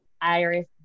Iris